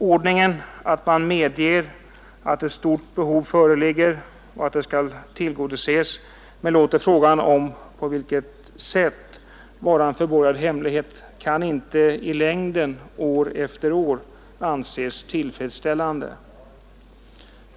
Ordningen att man medger att ett stort behov föreligger och att det skall tillgodoses men låter frågan om på vilket sätt vara en förborgad hemlighet kan inte i längden — år efter år — anses tillfredsställande.